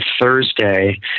Thursday